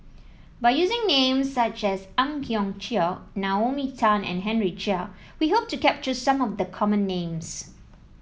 by using names such as Ang Hiong Chiok Naomi Tan and Henry Chia we hope to capture some of the common names